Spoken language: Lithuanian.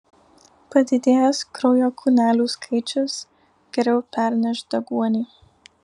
padidėjęs kraujo kūnelių skaičius geriau perneš deguonį